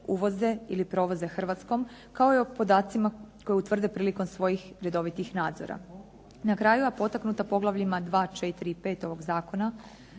uvoze ili provoze Hrvatskom kao i o podacima koje utvrde prilikom svojih redovitih nadzora. Na kraju, a potaknuta Poglavljima 2., 4. i 5. ovog zakona